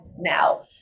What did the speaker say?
now